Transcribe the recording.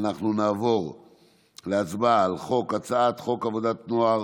נעבור להצבעה על הצעת חוק עבודת הנוער